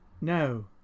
No